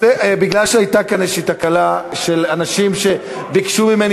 מכיוון שהייתה כאן איזו תקלה של אנשים שביקשו ממני,